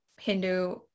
hindu